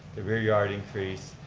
the rear yard increase.